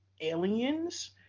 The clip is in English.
aliens